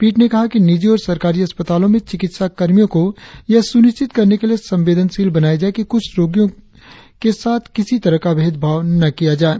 पीठ ने कहा कि निजी और सरकारी अस्पतालों में चिकित्सा कर्मियों को यह सुनिश्चित करने के लिए संवेदनशील बनाया जाए कि कुष्ठ रोगियों को किसी भेदभाव का सामना न करना पड़े